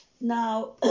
Now